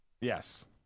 Yes